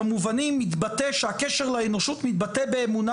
במובנים התבטא שהקשר לאנושות מתבטא באמונה